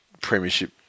premiership